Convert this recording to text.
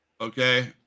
okay